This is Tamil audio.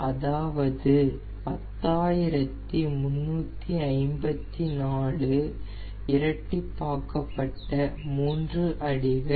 அதாவது 10354 இரட்டிப்பாக்கபட்ட மூன்று அடிகள்